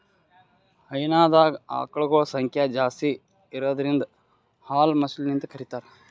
ಹೈನಾದಾಗ್ ಆಕಳಗೊಳ್ ಸಂಖ್ಯಾ ಜಾಸ್ತಿ ಇರದ್ರಿನ್ದ ಹಾಲ್ ಮಷಿನ್ಲಿಂತ್ ಕರಿತಾರ್